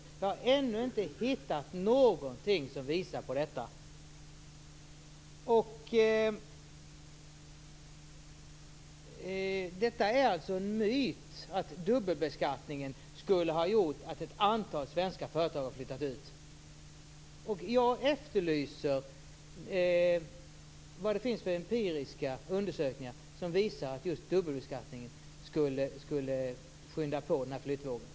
Jag har ännu inte hittat någonting som visar på detta. Det är alltså en myt att dubbelbeskattningen skulle ha gjort att ett antal svenska företag har flyttat ut. Jag efterlyser vad det finns för empiriska undersökningar som visar att just dubbelbeskattningen skulle skynda på den här flyttvågen.